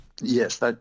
Yes